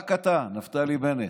רק אתה, נפתלי בנט.